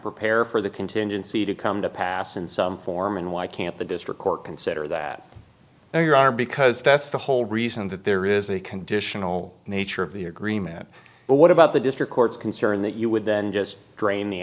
prepare for the contingency to come to pass in some form and why can't the district court consider that now your honor because that's the whole reason that there is a conditional nature of the agreement but what about the district court's concern that you would then just drain the